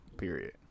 Period